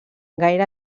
gaire